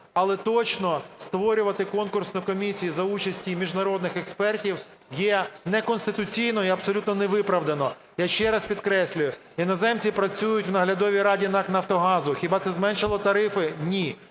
але точно створювати конкурсу комісію за участі міжнародних експертів є неконституційно і абсолютно невиправдано. Я ще раз підкреслюю, іноземці працюють в наглядовій раді НАК "Нафтогазу". Хіба це зменшило тарифи? Ні.